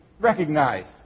recognized